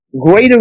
Greater